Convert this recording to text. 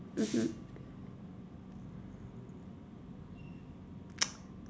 mmhmm